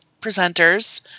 presenters